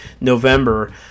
November